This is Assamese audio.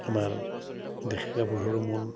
আমাৰ ডেকা গাভৰুৰ মন